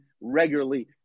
regularly